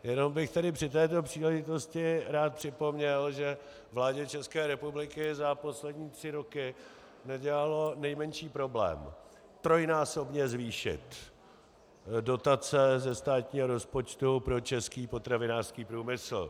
Jenom bych tedy při této příležitosti rád připomněl, že vládě České republiky za poslední tři roky nedělalo nejmenší problém trojnásobně zvýšit dotace ze státního rozpočtu pro český potravinářský průmysl.